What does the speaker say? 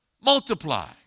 Multiply